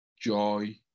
joy